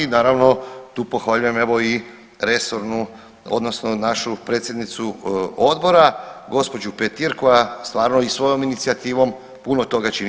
Naravno, tu pohvaljujem evo i resornu odnosno našu predsjednicu odbora gđu. Petir koja stvarno i svojom inicijativom puno toga čini.